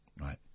right